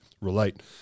relate